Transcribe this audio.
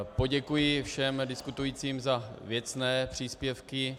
Poděkuji všem diskutujícím za věcné příspěvky.